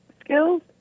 skills